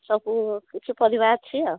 ସବୁ କିଛି ପରିବା ଅଛି ଆଉ